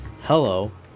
hello